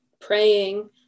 praying